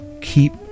keep